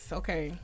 okay